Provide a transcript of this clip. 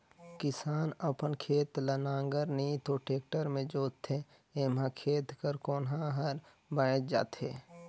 किसान अपन खेत ल नांगर नी तो टेक्टर मे जोतथे एम्हा खेत कर कोनहा हर बाएच जाथे